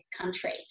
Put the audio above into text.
country